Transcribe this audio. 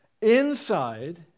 inside